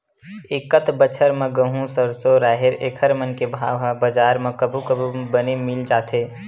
एकत बछर म गहूँ, सरसो, राहेर एखर मन के भाव ह बजार म कभू कभू बने मिल जाथे